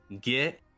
Get